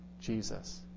Jesus